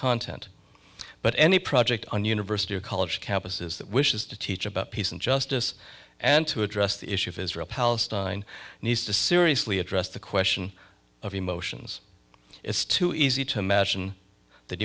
content but any project on university or college campuses that wishes to teach about peace and justice and to address the issue of israel palestine needs to seriously address the question of emotions it's too easy to imagine that